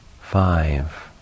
Five